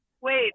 Wait